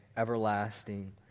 Everlasting